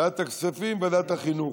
ועדת הכספים וועדת החינוך.